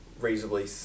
reasonably